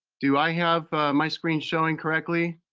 do i have my screen showing correctly?